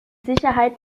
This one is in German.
sicherheit